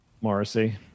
Morrissey